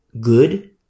good